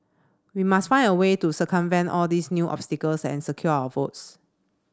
we must find a way to circumvent all these new obstacles and secure our votes